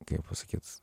kaip pasakyt